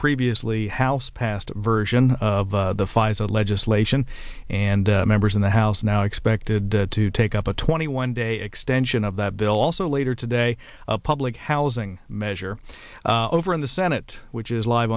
previously house passed version of the phys ed legislation and members in the house now expected to take up a twenty one day extension of that bill also later today a public housing measure over in the senate which is live